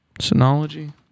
Synology